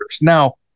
Now